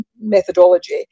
methodology